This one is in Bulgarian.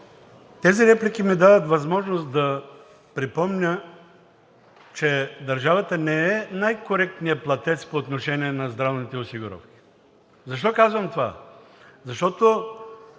Тези реплики ми дават възможност да припомня, че държавата не е най-коректният платец по отношение на здравните осигуровки. Защо казвам това? Защото